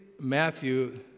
Matthew